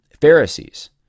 Pharisees